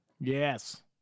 Yes